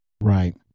Right